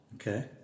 okay